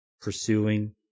pursuing